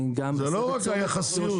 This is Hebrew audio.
זה לא רק היחסיות.